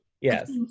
yes